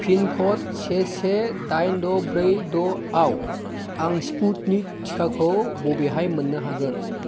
pin code से से दाइन द' ब्रै द'आव आं स्पुटनिक टिकाखौ बबेहाय मोननो हागोन